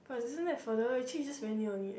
but isn't that further actually is just very near only eh